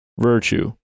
Virtue